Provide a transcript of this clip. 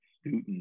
student